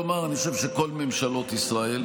צריך לומר: אני חושב שכל ממשלות ישראל,